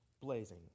blazing